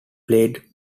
played